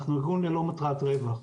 אנחנו ארגון ללא מטרת רווח.